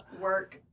Work